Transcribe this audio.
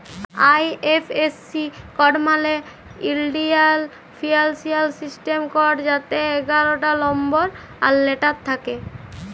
IFSC code মালে ইলডিয়াল financial system code যাতে এগারটা লম্বর আর লেটার থ্যাকে